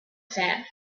sand